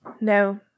no